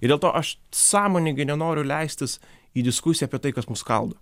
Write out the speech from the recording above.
ir dėl to aš sąmoningai nenoriu leistis į diskusiją apie tai kas mus skaldo